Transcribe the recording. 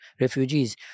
refugees